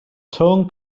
torn